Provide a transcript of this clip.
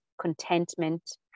contentment